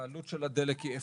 העלות של הדלק היא אפס.